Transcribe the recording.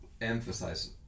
emphasize